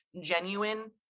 genuine